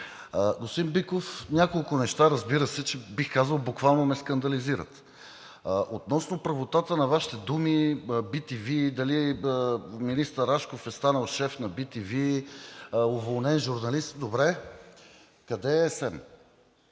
Господин Биков, няколко неща, бих казал, буквално ме скандализират. Относно правотата на Вашите думи – bTV, дали министър Рашков е станал шеф на bTV, уволнен журналист. Добре, къде е СЕМ?